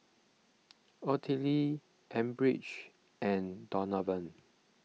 Ottilie Elbridge and Donovan